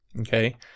okay